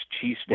Cheese